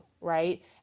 right